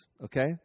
okay